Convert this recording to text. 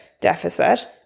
deficit